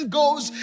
goes